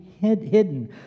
hidden